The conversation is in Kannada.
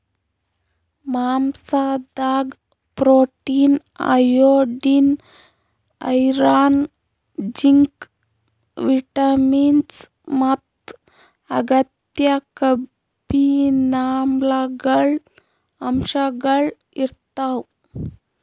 ಮಾಂಸಾದಾಗ್ protein, iodine, iron, zinc, vitamins ಮತ್ತ್ ಅಗತ್ಯ ಕೊಬ್ಬಿನಾಮ್ಲಗಳ್ ಅಂಶಗಳ್ ಇರ್ತವ್